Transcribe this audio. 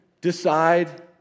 decide